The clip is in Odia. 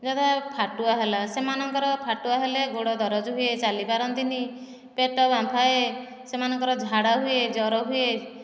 ଯଥା ଫାଟୁଆ ହେଲା ସେମାନଙ୍କର ଫାଟୁଆ ହେଲେ ଗୋଡ଼ ଦରଜ ହୁଏ ଚାଲିପାରନ୍ତିନି ପେଟ ବାମ୍ଫ ହୁଏ ସେମାନଙ୍କର ଝାଡ଼ା ହୁଏ ଜର ହୁଏ